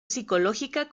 psicológica